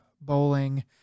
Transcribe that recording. Bowling